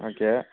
okay